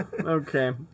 okay